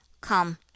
Come